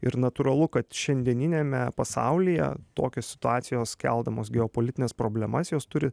ir natūralu kad šiandieniniame pasaulyje tokios situacijos keldamos geopolitines problemas jos turi